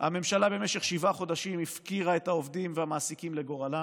הממשלה במשך שבעה חודשים הפקירה את העובדים ואת המעסיקים לגורלם.